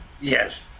Yes